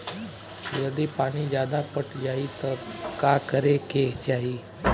यदि पानी ज्यादा पट जायी तब का करे के चाही?